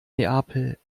neapel